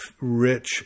rich